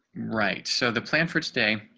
right. so the plan for today.